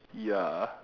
ya